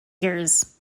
years